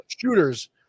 Shooters